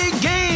game